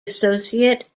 associate